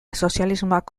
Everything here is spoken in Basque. sozialismoak